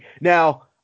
Now